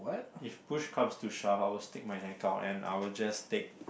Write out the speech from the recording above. if push comes to shove I will stick my neck out and I will just take